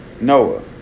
Noah